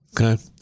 Okay